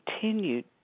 Continued